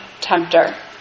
tempter